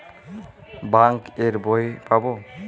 Bank এর বই পাবো?